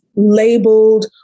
labeled